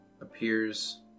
appears